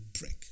break